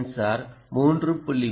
sensor 3